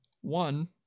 one